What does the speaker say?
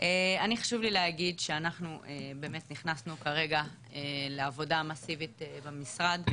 להגיד שאנחנו באמת נכנסנו כרגע לעבודה מאסיבית במשרד.